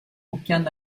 aucun